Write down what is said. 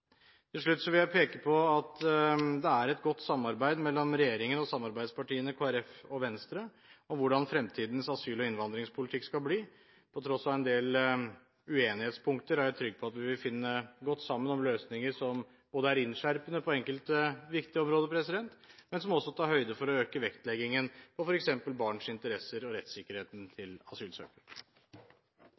Til slutt vil jeg peke på at det er et godt samarbeid mellom regjeringen og samarbeidspartiene Kristelig Folkeparti og Venstre om hvordan fremtidens asyl- og innvandringspolitikk skal bli. På tross av en del uenighetspunkter er jeg trygg på at vi vil finne godt sammen om løsninger som både er innskjerpende på enkelte viktige områder, og som også tar høyde for å øke vektleggingen på f.eks. barns interesser og rettssikkerheten til